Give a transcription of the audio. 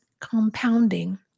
compounding